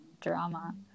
drama